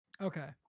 Okay